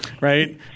right